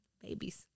babies